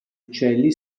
uccelli